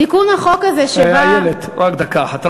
תיקון החוק הזה, שבא, איילת, רק דקה אחת.